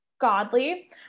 godly